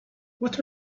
what